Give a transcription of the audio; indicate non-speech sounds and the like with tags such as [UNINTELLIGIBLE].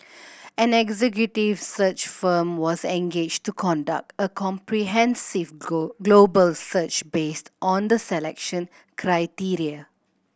an executive search firm was engaged to conduct a comprehensive [UNINTELLIGIBLE] global search based on the selection criteria